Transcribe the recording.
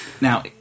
Now